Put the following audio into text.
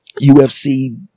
UFC